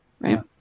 right